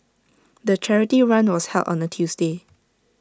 the charity run was held on A Tuesday